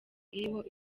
iriho